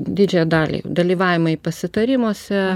didžiąją dalį dalyvavimai pasitarimuose